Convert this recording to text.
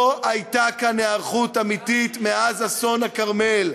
לא הייתה כאן היערכות אמיתית מאז אסון הכרמל.